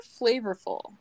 flavorful